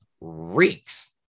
reeks